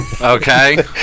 Okay